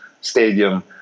stadium